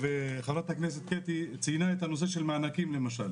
חברת הכנסת קטי ציינה את הנושא של מענקים למשל,